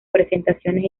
presentaciones